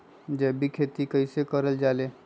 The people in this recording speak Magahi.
जैविक खेती कई से करल जाले?